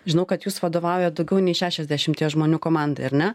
žinau kad jūs vadovaujat daugiau nei šešiasdešimties žmonių komandai ar ne